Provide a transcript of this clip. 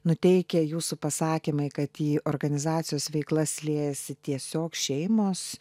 nuteikia jūsų pasakymai kad į organizacijos veiklas liejasi tiesiog šeimos